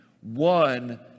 One